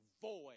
void